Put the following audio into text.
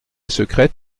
secrète